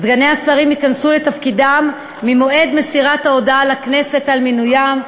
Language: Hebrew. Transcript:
סגני השרים ייכנסו לתפקידם ממועד מסירת ההודעה לכנסת על מינוים.